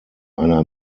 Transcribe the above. einer